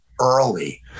early